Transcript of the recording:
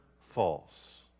false